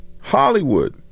Hollywood